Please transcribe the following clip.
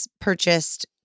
purchased